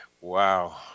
wow